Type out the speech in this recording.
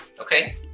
Okay